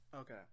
Okay